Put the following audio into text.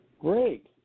Great